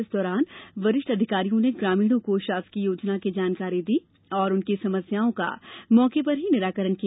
इस दौरान वरिष्ठ अधिकारियों ने ग्रामीणों को शासकीय योजना की जानकारी दी और उनकी समस्याओं का मौके पर ही निराकरण किया